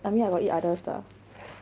I mean I got eat others lah